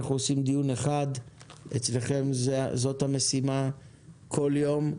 אנחנו עושים דיון אחד, אצלכם זאת המשימה כל יום,